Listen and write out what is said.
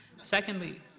Secondly